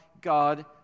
God